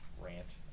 rant